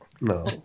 No